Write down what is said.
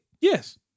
Yes